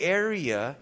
area